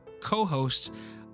co-hosts